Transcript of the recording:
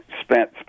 spent